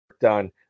done